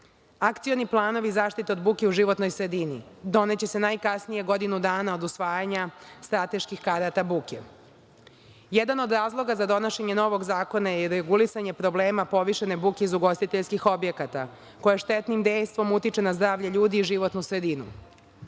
planovi zaštite od buke u životnoj sredini doneće se najkasnije godinu dana od usvajanja strateških karata buke. Jedan od razloga za donošenje novog zakona je i regulisanje problema povišene buke iz ugostiteljskih objekata, koja štetnim dejstvom utiče na zdravlje ljudi i životnu